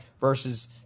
versus